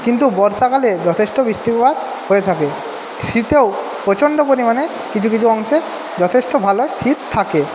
কিন্তু বর্ষাকালে যথেষ্ট বৃষ্টিপাত হয়ে থাকে শীতেও প্রচণ্ড পরিমানে কিছু কিছু অংশের যথেষ্ট ভাল শীত থাকে